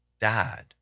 died